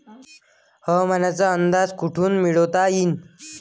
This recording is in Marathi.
हवामानाचा अंदाज कोठून मिळवता येईन?